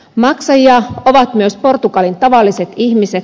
maksajia ovat myös portugalin tavalliset ihmiset